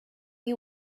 you